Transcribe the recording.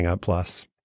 plus